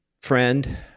friend